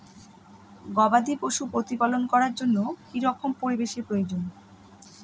গবাদী পশু প্রতিপালন করার জন্য কি রকম পরিবেশের প্রয়োজন?